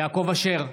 יעקב אשר,